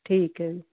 ਠੀਕ ਹੈ ਜੀ